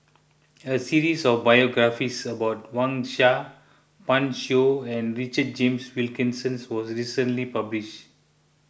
a series of biographies about Wang Sha Pan Shou and Richard James Wilkinson was recently published